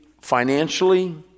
financially